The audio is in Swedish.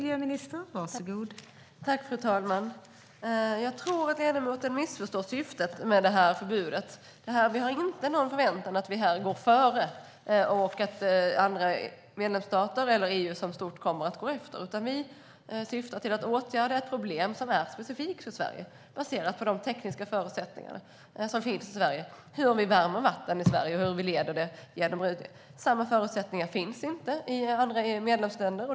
Fru talman! Jag tror att ledamoten har missförstått syftet med förbudet. Vi har inga förhoppningar om att andra medlemsstater eller EU i stort kommer att följa efter om vi går före. Vårt syfte är att åtgärda ett problem som är specifikt för Sverige, baserat på de tekniska förutsättningar som finns i Sverige, på hur vi värmer och leder vatten i Sverige. De förutsättningarna finns inte i andra medlemsländer.